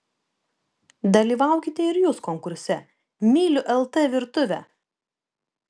dalyvaukite ir jūs konkurse myliu lt virtuvę